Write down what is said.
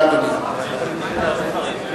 בבקשה, אדוני.